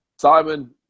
Simon